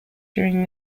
during